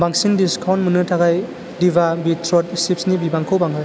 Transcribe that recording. बांसिन डिसकाउन्ट मोन्नो थाखाय दिभा भिट्रट चिप्सनि बिबांखौ बांहो